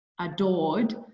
adored